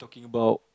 about